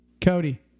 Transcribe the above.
Cody